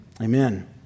amen